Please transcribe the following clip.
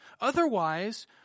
Otherwise